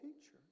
teacher